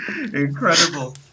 incredible